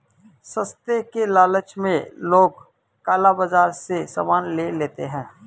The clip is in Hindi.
सस्ते के लालच में लोग काला बाजार से सामान ले लेते हैं